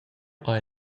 hai